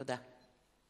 תודה.